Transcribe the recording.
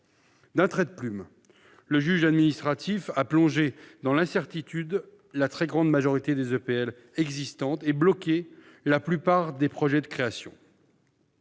D'un trait de plume, le juge administratif a plongé dans l'incertitude la très grande majorité des EPL existantes et bloqué la plupart des projets de création.